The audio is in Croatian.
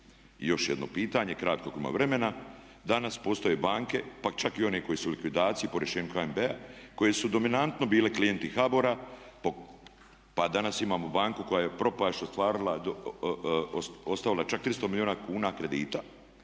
još jedno pitanje, kratko ima vremena. Danas postoje banke pa čak i one koje su u likvidaciji po rješenju HNB-a koje su dominantno bile klijenti HBOR-a. Pa danas imamo banku koja je propast ostvarila, ostavila čak 300 milijuna kuna kredita